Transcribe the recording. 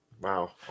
Wow